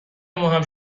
ماهم